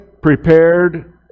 prepared